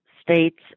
states